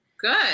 Good